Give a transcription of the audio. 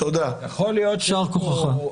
יישר כוחך.